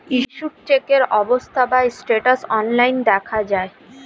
issued চেকের অবস্থা বা স্ট্যাটাস অনলাইন দেখা যায়